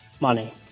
money